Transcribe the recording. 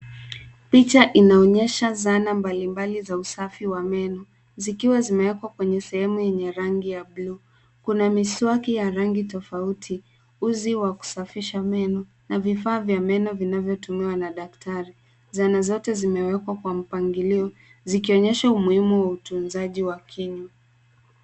Picha inaonyesha zana mbalimbali za usafi wa meno zikiwa zimewekwa kwenye sehemu yenye rangi ya buluu. Kuna miswaki ya rangi tofauti, uzi wa kusafisha meno na vifaa vya meno vinavyotumiwa na daktari. Zana zote zimewekwa kwa mpangilio zikionyesha umuhimu wa utunzaji wa kinywa.